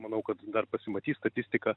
manau kad dar pasimatys statistika